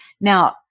Now